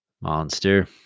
Monster